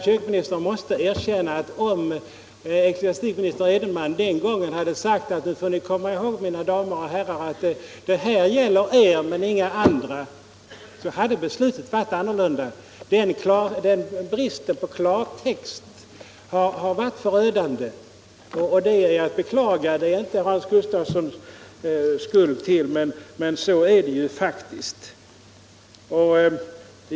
Kyrkoministern måste erkänna att om ecklesiastikminister Edenman den gången hade sagt att nu får ni komma ihåg, mina damer och herrar, att det här gäller er men inga andra, så hade beslutet blivit ett annat. Den bristen på klarhet har varit förödande. Det är att beklaga. Detta bär statsrådet Gustafsson inte skulden för, men så är det faktiskt.